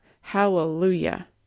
Hallelujah